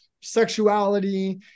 sexuality